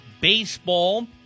baseball